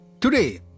Today